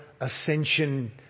ascension